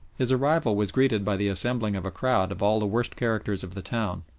his arrival was greeted by the assembling of a crowd of all the worst characters of the town,